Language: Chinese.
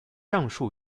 上述